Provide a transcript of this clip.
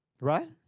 Right